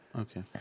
Okay